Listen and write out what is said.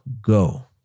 go